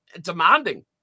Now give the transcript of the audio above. demanding